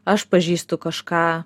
aš pažįstu kažką